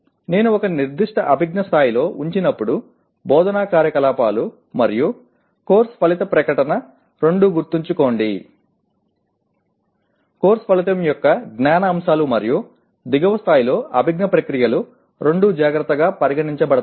నేను ఒక నిర్దిష్ట అభిజ్ఞా స్థాయిలో ఉంచినప్పుడు బోధనా కార్యకలాపాలు మరియు కోర్సు ఫలిత ప్రకటన రెండూ గుర్తుంచుకోండి కోర్సు ఫలితం యొక్క జ్ఞాన అంశాలు మరియు దిగువ స్థాయిలో అభిజ్ఞా ప్రక్రియలు రెండూ జాగ్రత్తగా పరిగణించబడతాయి